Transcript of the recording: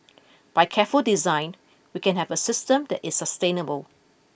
by careful design we can have a system that is sustainable